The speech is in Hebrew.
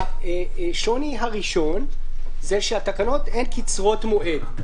השוני הראשון זה שהתקנות הן קצרות מועד.